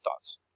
thoughts